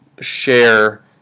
share